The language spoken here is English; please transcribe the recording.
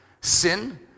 sin